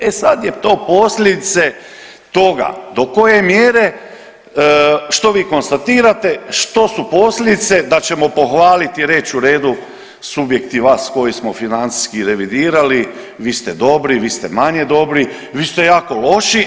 E sad je to posljedice toga do koje mjere što vi konstatirate što su posljedice da ćemo pohvaliti i reći u redu subjekti vas koje smo financijski revidirali vi ste dobri, vi ste manje dobri, vi ste jako loši.